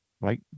right